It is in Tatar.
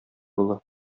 улы